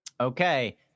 Okay